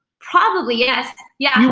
probably yes, yeah.